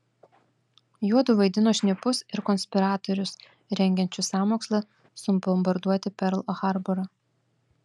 juodu vaidino šnipus ir konspiratorius rengiančius sąmokslą subombarduoti perl harborą